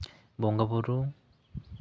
ᱵᱚᱸᱜᱟᱼᱵᱩᱨᱩ